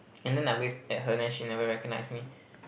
and then I waved at her then she never recognize me